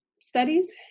studies